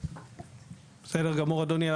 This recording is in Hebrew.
לגבי הניידות עצמן אני יכול להגיד שאנחנו